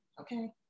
okay